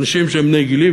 אנשים שהם בני גילי,